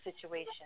situation